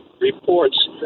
reports